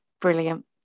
brilliant